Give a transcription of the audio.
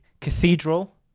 Cathedral